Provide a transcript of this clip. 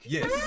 Yes